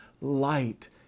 light